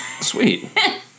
Sweet